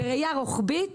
בראייה רוחבית,